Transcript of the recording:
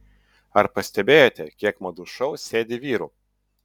ar pastebėjote kiek madų šou sėdi vyrų